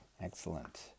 Excellent